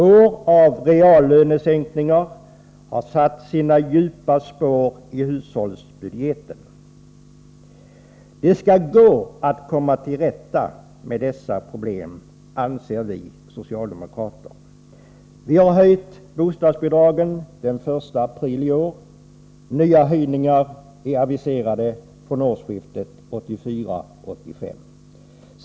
År av reallönesänkningar har satt sina djupa spår i hushållsbudgeten. Det skall gå att komma till rätta med dessa problem anser vi socialdemokrater. Vi har höjt bostadsbidragen den 1 april i år. Nya höjningar är aviserade från årsskiftet 1984-1985.